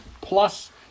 plus